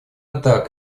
так